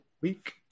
week